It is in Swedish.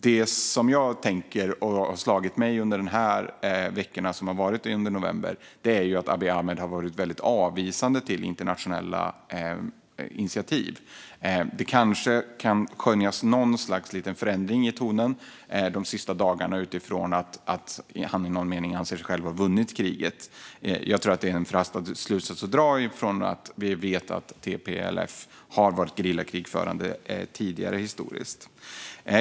Det har slagit mig under de här veckorna i november att Abiy Ahmed har varit väldigt avvisande mot internationella initiativ. Det kanske kan skönjas någon liten förändring i tonen de senaste dagarna utifrån att han i någon mening anser sig ha vunnit kriget. Jag tror att det är en förhastad slutsats att dra. Vi vet att TPLF har varit gerillakrigförande tidigare.